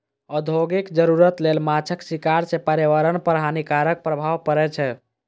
औद्योगिक जरूरत लेल माछक शिकार सं पर्यावरण पर हानिकारक प्रभाव पड़ै छै